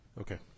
Okay